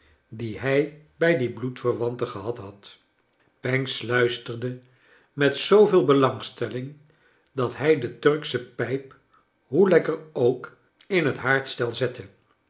die hij brj die bloedverwante gehad had pancks luisterde met zooveel belangstelling dat hij de turksche pijp hoe lekker ook in het haardstel zette